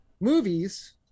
movies